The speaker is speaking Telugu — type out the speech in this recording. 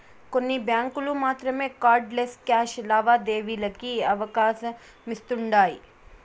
కొన్ని బ్యాంకులు మాత్రమే కార్డ్ లెస్ క్యాష్ లావాదేవీలకి అవకాశమిస్తుండాయ్